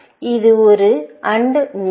இது ஒரு AND node